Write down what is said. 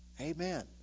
Amen